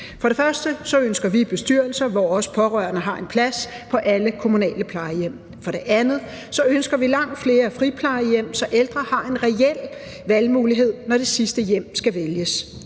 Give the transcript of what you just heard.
For det første ønsker vi bestyrelser, hvor også pårørende har en plads, på alle kommunale plejehjem. For det andet ønsker vi langt flere friplejehjem, så ældre har en reel valgmulighed, når det sidste hjem skal vælges.